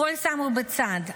הכול שמו בצד,